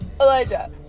Elijah